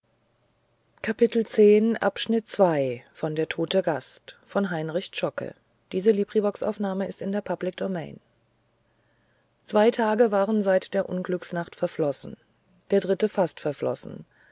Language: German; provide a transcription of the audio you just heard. zwei tage waren seit der unglücksnacht verflossen der dritte fast verflossen